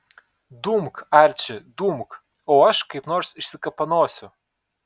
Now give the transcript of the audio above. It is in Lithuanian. dumk arči dumk o aš kaip nors išsikapanosiu